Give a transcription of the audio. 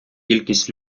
кількість